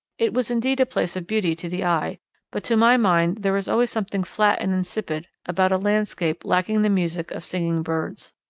it was indeed a place of beauty to the eye but to my mind there is always something flat and insipid about a landscape lacking the music of singing birds.